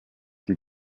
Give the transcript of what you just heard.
die